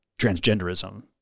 transgenderism